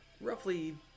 roughly